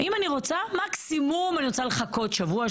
אם אני רוצה מקסימום אני רוצה לחכות שבוע,